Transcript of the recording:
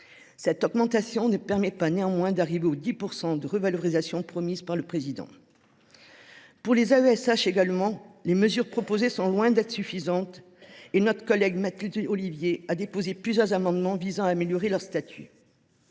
cette augmentation ne permettra pas d’atteindre la revalorisation de 10 % promise par le Président de la République. Pour les AESH également, les mesures proposées sont loin d’être suffisantes et notre collègue Mathilde Ollivier a déposé plusieurs amendements visant à améliorer leur statut.